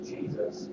Jesus